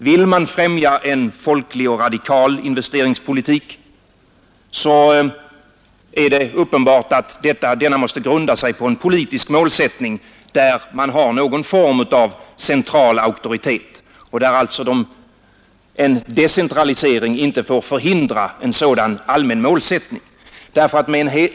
Vill man främja en folklig och radikal investeringspolitik, så måste denna grunda sig på en politisk målsättning, där man har någon form av central auktoritet, och en decentralisering får alltså inte förhindra en sådan allmän målsättning.